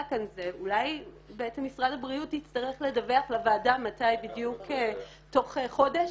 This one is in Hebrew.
כאן זה אולי שמשרד הבריאות יצטרך לדווח לוועדה מתי בדיוק תוך חודש,